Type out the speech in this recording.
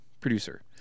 producer